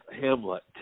Hamlet